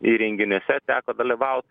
ir renginiuose teko dalyvaut